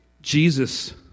Jesus